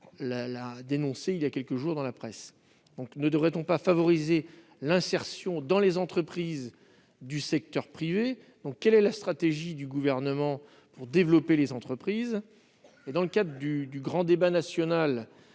la presse, il y a quelques jours. Dans ces conditions, ne devrait-on pas favoriser l'insertion dans les entreprises du secteur privé ? Quelle est la stratégie du Gouvernement pour développer les entreprises ? Dans le cadre du grand débat national,